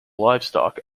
livestock